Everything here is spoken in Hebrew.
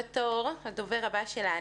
הדובר הבא שלנו,